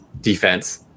defense